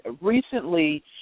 recently